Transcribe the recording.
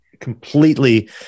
completely